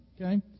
okay